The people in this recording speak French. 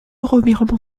revirement